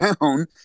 down